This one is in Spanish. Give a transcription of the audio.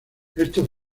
estos